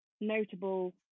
notable